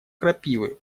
крапивы